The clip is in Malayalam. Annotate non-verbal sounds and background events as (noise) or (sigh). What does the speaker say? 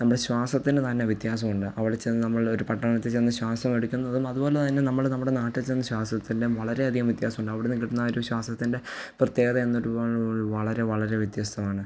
നമ്മുടെ ശ്വാസത്തിന് തന്നെ വ്യത്യാസമ ഉണ്ട് അവിടെ ചെന്ന് നമ്മളൊരു പട്ടണത്തിൽ ചെന്ന് ശ്വാസം എടുക്കുന്നതും അതുപോലെ തന്നെ നമ്മൾ നമ്മുടെ നാട്ടിൽ ചെന്ന് ശ്വാസത്തിൻ്റെ വളരെ അധികം വ്യത്യാസമുണ്ട് അവിടുന്ന് കിട്ടുന്നൊരു ശ്വാസത്തിൻ്റെ പ്രത്യേകത (unintelligible) വളരെ വളരെ വ്യത്യസ്തമാണ്